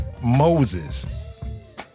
Moses